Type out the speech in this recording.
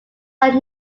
are